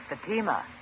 Fatima